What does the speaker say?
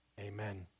amen